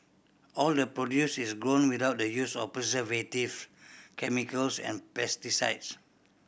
all the produce is grown without the use of preservative chemicals and pesticides